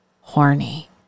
horny